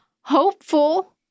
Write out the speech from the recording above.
hopeful